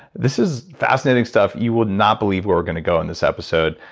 this is fascinating stuff. you will not believe where we're going to go in this episode.